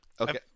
Okay